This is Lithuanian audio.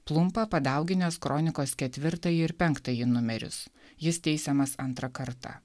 plumpa padauginęs kronikos ketvirtąjį ir penktąjį numerius jis teisiamas antrą kartą